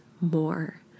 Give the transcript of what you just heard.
more